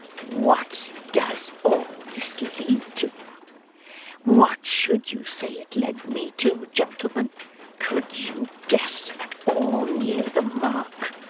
what does all this lead to what should you say it led me to, gentlemen could you guess at all near the mark